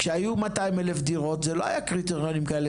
כשהיו 200,000 דירות זה לא היה קריטריונים כאלה,